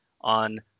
on